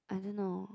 I don't know